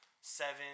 seven